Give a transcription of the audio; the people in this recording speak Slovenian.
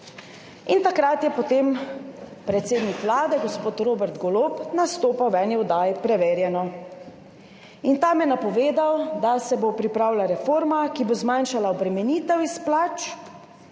Takrat je potem predsednik Vlade, gospod Robert Golob, nastopal v oddaji Preverjeno. Tam je napovedal, da se bo pripravila reforma, ki bo zmanjšala obremenitev plač,